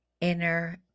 inner